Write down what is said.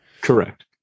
Correct